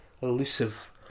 elusive